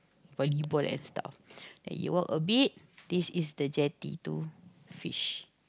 volleyball and stuff then you walk a bit this is the jetty to fish